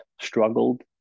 struggled